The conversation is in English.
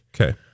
Okay